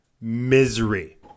misery